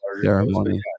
Ceremony